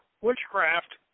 witchcraft